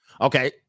Okay